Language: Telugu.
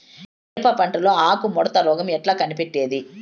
మిరప పంటలో ఆకు ముడత రోగం ఎట్లా కనిపెట్టేది?